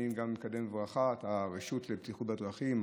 אני גם מקדם בברכה את הרשות לבטיחות בדרכים,